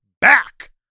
back